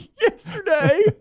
yesterday